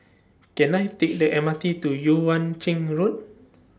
Can I Take The M R T to Yuan Ching Road